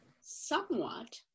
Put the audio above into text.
somewhat